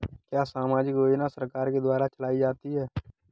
क्या सामाजिक योजना सरकार के द्वारा चलाई जाती है?